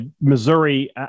Missouri